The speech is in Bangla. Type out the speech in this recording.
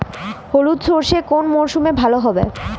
হলুদ সর্ষে কোন মরশুমে ভালো হবে?